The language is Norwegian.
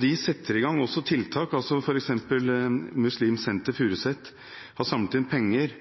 De setter også i gang tiltak. For eksempel har Muslimsk Senter Furuset samlet inn penger,